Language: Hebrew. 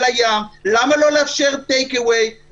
זה לא אומר שאם תהיה סיטואציה כזאת,